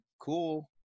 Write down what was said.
cool